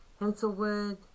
Henselwood